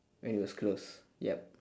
when it was closed yup